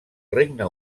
regne